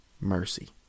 mercy